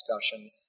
discussion